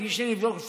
בלי שנבדוק,